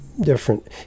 different